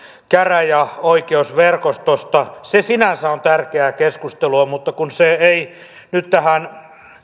käräjäoikeusverkostosta se on sinänsä tärkeää keskustelua mutta kun se ei nyt tähän